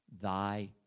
thy